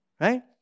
right